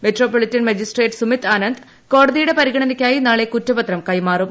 metropolitan magistrate Sumit Anand കോടതിയുടെ പരിഗണനയ്ക്കായി നാളെ കുറ്റപത്രം കൈമാറും